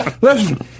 Listen